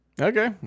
okay